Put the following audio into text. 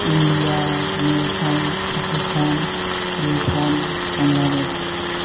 India Nepal Pakistan Bhutan Bangladesh